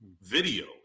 video